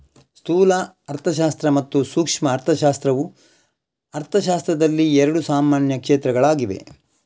ಸ್ಥೂಲ ಅರ್ಥಶಾಸ್ತ್ರ ಮತ್ತು ಸೂಕ್ಷ್ಮ ಅರ್ಥಶಾಸ್ತ್ರವು ಅರ್ಥಶಾಸ್ತ್ರದಲ್ಲಿ ಎರಡು ಸಾಮಾನ್ಯ ಕ್ಷೇತ್ರಗಳಾಗಿವೆ